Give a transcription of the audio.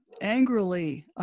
angrily